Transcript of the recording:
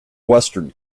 western